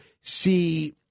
see –